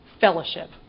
fellowship